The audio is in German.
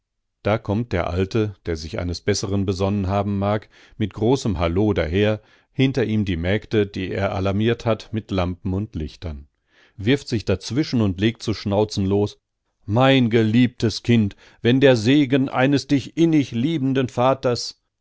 da kommt der alte der sich eines besseren besonnen haben mag mit großem hallo daher hinter ihm die mägde die er alarmiert hat mit lampen und lichtern wirft sich dazwischen und legt zu schnauzen los mein geliebtes kind wenn der segen eines dich innig liebenden vaters